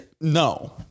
No